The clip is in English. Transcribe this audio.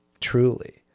truly